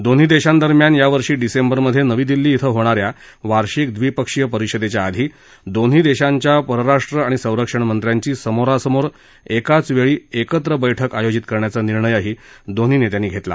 दोन्ही देशांदरम्यान या वर्षी डिसेंबरमध्ये नवी दिल्ली इथं होणाऱ्या वार्षिक द्विपक्षीय परिषदेच्या आधी दोन्ही देशांच्या परराष्ट्र आणि संरक्षण मंत्र्यांची समोरासमोर एकाच वेळी एकत्र बैठक आयोजित करण्याचा निर्णयही दोन्ही नेत्यांनी घेतला